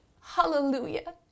hallelujah